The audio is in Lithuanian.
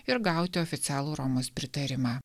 ir gauti oficialų romos pritarimą